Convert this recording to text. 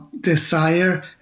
desire